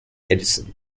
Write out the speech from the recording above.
edison